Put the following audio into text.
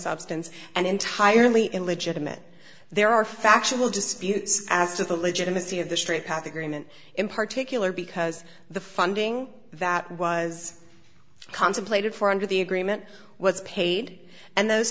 substance and entirely illegitimate there are factual disputes as to the legitimacy of the straight path agreement in particularly because the funding that was contemplated for under the agreement was paid and those